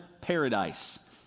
paradise